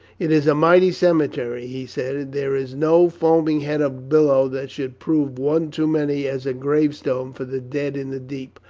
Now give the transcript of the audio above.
it is a mighty cemetery, he said. there is no foaming head of billow that should prove one too many as a gravestone for the dead in the deep.